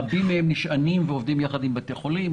רבים מהם נשענים ועובדים ביחד עם בתי חולים,